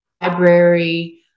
library